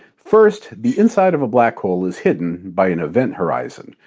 first, the inside of a black hole is hidden by an event horizon,